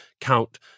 count